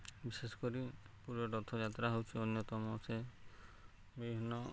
ବିଶେଷ କରି ପୁରୀ ରଥଯାତ୍ରା ହେଉଛି ଅନ୍ୟତମ ସେ ବିଭିନ୍ନ